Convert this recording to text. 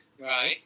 Right